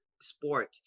sport